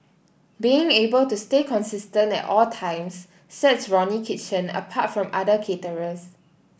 being able to stay consistent at all times sets Ronnie Kitchen apart from other caterers